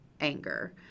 anger